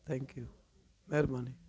thank you महिरबानी